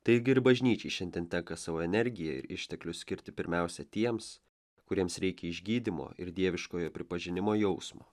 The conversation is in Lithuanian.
taigi ir bažnyčiai šiandien tenka savo energiją ir išteklius skirti pirmiausia tiems kuriems reikia išgydymo ir dieviškojo pripažinimo jausmo